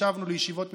ישבנו בישיבות משותפות,